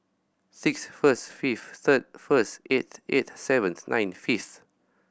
six first fifth third first eighth eight seventh nine fifth